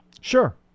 Sure